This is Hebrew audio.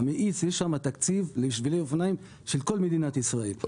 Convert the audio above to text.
ששם יש תקציב לשבילי אופניים של כל מדינת ישראל.